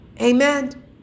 Amen